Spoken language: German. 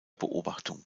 beobachtung